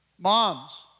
Moms